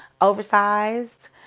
oversized